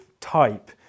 type